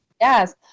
Yes